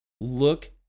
Look